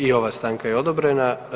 I ova stanka je odobrena.